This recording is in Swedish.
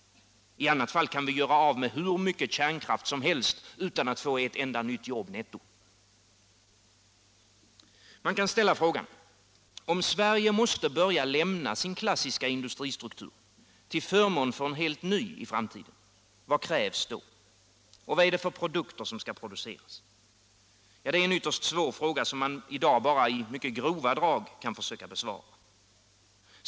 I annat fall kan vi göra av med hur mycket kärnkraft som helst, utan att få ett enda nytt jobb netto. Man kan ställa frågan: Om Sverige måste börja lämna sin klassiska industristruktur till förmån för en helt ny i framtiden, vad krävs då, och vad är det för produkter som skall produceras? Det är en svår fråga, som Nr 48 man i dag bara i grova drag kan försöka besvara.